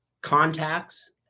contacts